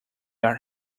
are